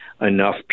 enough